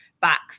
back